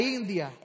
India